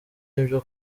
nibyo